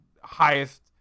highest